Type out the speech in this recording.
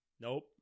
nope